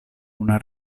una